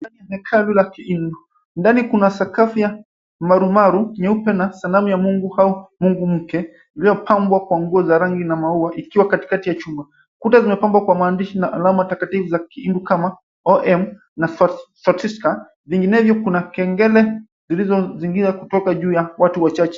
Ni hekalu la Kihindu, ndani kuna sakafu ya marumaru nyeupe na sanamu ya Mungu au mungu mke uliyopambwa kwa nguo za rangi na maua ikiwa katikakati ya chuma, kuta zimepambwa kwa maandishi na alama takatifu za kihindi kama OM Sotiska vinginevyo kuna kengele zilizozingira kutoka juu ya watu wachache.